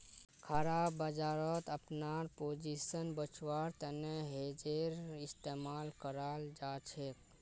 खराब बजारत अपनार पोजीशन बचव्वार तने हेजेर इस्तमाल कराल जाछेक